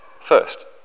first